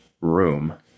room